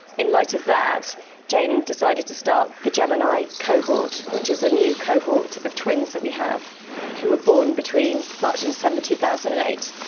in light of that jane decided to start the gemini cohort which is a new cohort of twins that we have who were born between march and december two thousand and eight,